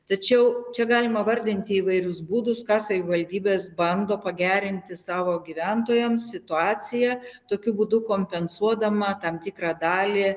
tačiau čia galima vardinti įvairius būdus ką savivaldybės bando pagerinti savo gyventojams situaciją tokiu būdu kompensuodama tam tikrą dalį